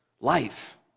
life